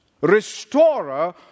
restorer